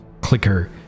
Clicker